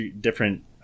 different